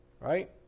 right